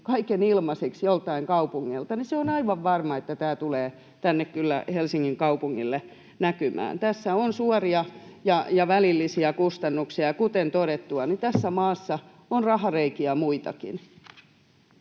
kaiken ilmaiseksi joltain kaupungilta, niin se on aivan varma, että tämä tulee tänne kyllä Helsingin kaupungille näkymään. Tässä on suoria ja välillisiä kustannuksia, ja kuten todettua, tässä maassa on rahareikiä muitakin,